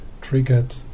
triggered